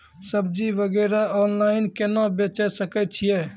सब्जी वगैरह ऑनलाइन केना बेचे सकय छियै?